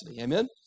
Amen